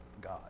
God